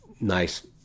nice